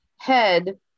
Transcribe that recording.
head